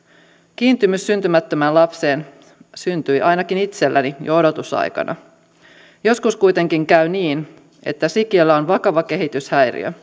kiintymys syntymättömään lapseen syntyi ainakin itselläni jo odotusaikana joskus kuitenkin käy niin että sikiöllä on vakava kehityshäiriö